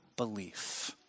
Belief